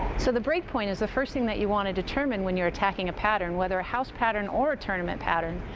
so, the break point is the first thing you want to determine when you're attacking a pattern, whether a house pattern or a tournament pattern.